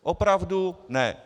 Opravdu ne.